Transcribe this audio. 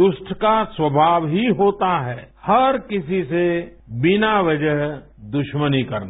दुष्ट का स्वभाव ही होता है हर किसी से बिना वजह दुश्मनी करना